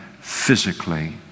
physically